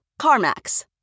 CarMax